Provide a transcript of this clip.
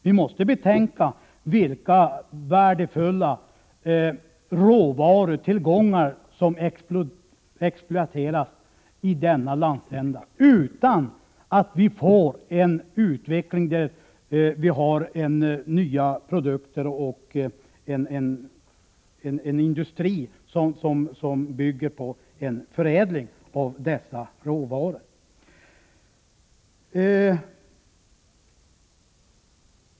Vi måste betänka vilka värdefulla råvarutillgångar som exploateras i denna landsända utan att vi där får en utveckling av nya produkter och en industri som bygger på förädling av dessa råvaror.